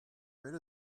rid